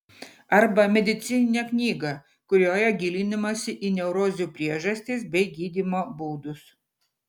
arba medicininę knygą kurioje gilinamasi į neurozių priežastis bei gydymo būdus